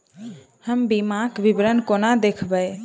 हम बीमाक विवरण कोना देखबै?